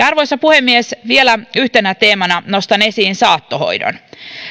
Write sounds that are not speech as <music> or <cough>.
<unintelligible> arvoisa puhemies vielä yhtenä teemana nostan esiin saattohoidon